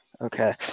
okay